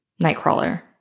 Nightcrawler